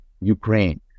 Ukraine